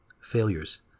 failures